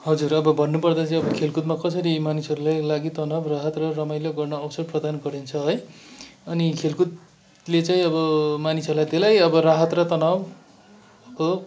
हजुर अब भन्नुपर्दा चाहिँ अब खेलकुदमा कसरी मानिसहरूले लागि तनाउ राहत र रमाइलो गर्न अवसर प्रदान गरिन्छ है अनि खेलकुदले चाहिँ अब मानिसहरूलाई धेरै अब राहत र तनाउको